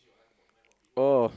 oh